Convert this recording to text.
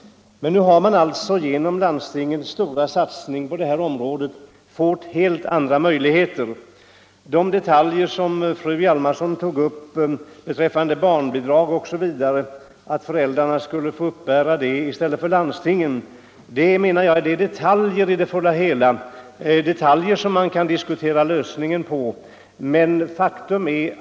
Nu har man genom landstingens stora satsning på detta område fått helt andra möjligheter. De detaljer som fru Hjalmarsson tog upp beträffande barnbidragen, dvs. att föräldrarna skulle få uppbära dem i stället för landstingen, menar jag är detaljer i det hela som man kan diskutera lösningen av.